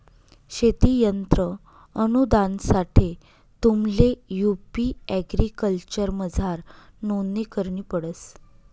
शेती यंत्र अनुदानसाठे तुम्हले यु.पी एग्रीकल्चरमझार नोंदणी करणी पडस